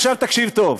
עכשיו תקשיב טוב,